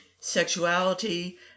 sexuality